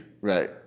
right